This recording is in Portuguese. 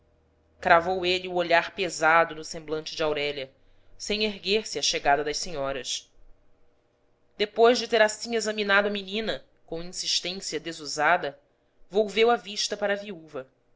cravou ele o olhar pesado no semblante de aurélia sem erguer-se à chegada das senhoras depois de ter assim examinado a menina com insistência desusada volveu a vista para a viúva